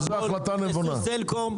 זו החלטה נבונה.